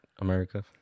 America